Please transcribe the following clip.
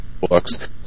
books